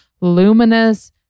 luminous